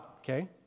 okay